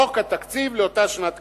חוק התקציב לאותה שנת כספים.